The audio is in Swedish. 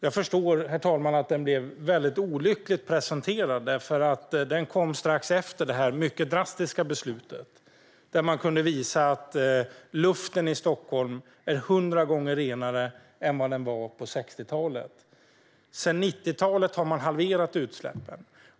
Jag förstår, herr talman, att den blev väldigt olyckligt presenterad, för den kom strax efter det mycket drastiska beslutet. Man kunde visa att luften i Stockholm är 100 gånger renare än den var på 60-talet. Sedan 90-talet har man halverat utsläppen.